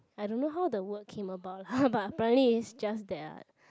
I don't know how the word came about lah but apparently is just that ah